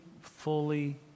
fully